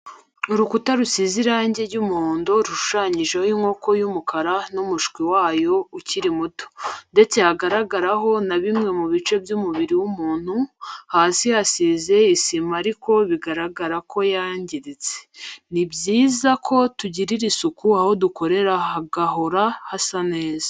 Urukuta rusize irangi ry'umuhondo rushushanyijeho inkoko y'umukara n'umushwi wayo ukiri muto, ndetse hagaragaraho na bimwe mu bice by'umubiri w'umuntu, hasi hasize isima ariko bigaragara ko yangiritse, ni byiza ko tugirira isuku aho dukorera hagahora hasa neza